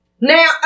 Now